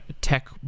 tech